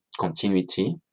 continuity